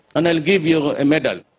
and i will give you a medal.